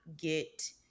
get